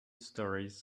stories